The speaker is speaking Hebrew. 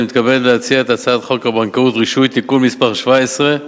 אני מתכבד להציע את הצעת חוק הבנקאות (רישוי) (תיקון מס' 17)